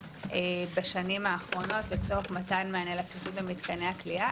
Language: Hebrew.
בשנים האחרונות לצורך מתן מענה לצפיפות במתקני הכליאה.